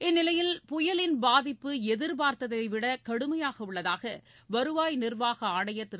இந்நிலையில் புயலின் பாதிப்பு எதிர்பார்த்தைவிட கடுமையாக உள்ளதாக வருவாய் நிர்வாக ஆணையர் திரு